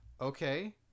Okay